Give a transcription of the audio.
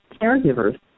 caregivers